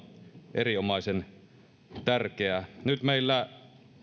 erinomaisen tärkeää nyt meillä